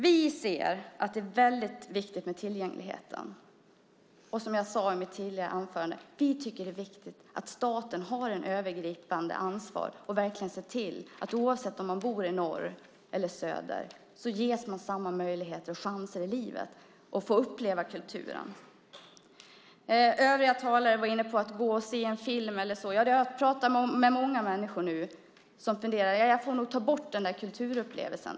Vi anser att tillgängligheten är väldigt viktig. Som jag sade i mitt tidigare anförande tycker vi att det är viktigt att staten har ett övergripande ansvar och verkligen ser till att man ges samma möjligheter och chanser i livet att få uppleva kultur oavsett om man bor i norr eller söder. Övriga talare var inne på att gå och se en film eller så. Jag har pratat med många människor som funderar: Jag får nog ta bort den där kulturupplevelsen.